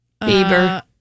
Bieber